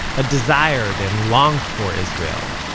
a desired and longed for israel,